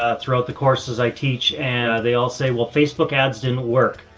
ah throughout the courses i teach and they all say, well, facebook ads didn't work.